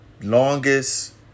Longest